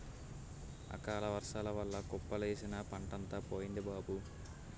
అకాలవర్సాల వల్ల కుప్పలేసిన పంటంతా పోయింది బాబూ